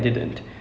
mm